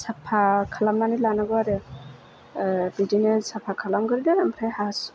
साफा खालामनानै लानांगौ आरो बिदिनो साफा खालामगोरदो ओमफ्राय हास